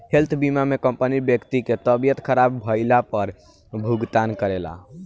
health बीमा में company व्यक्ति के तबियत ख़राब भईला पर भुगतान करेला